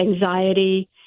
anxiety